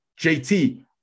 JT